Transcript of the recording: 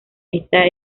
esta